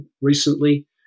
recently